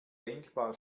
denkbar